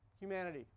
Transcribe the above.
Humanity